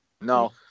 No